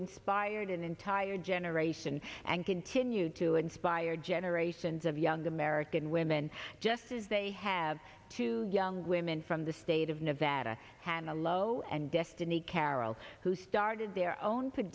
inspired an entire generation and continue to inspire generations of young american women just as they have two young women from the state of nevada hannah lowe and destiny carroll who started their own